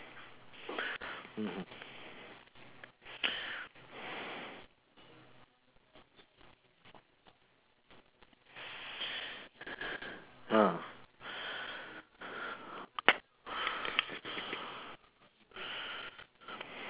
mmhmm